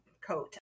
coat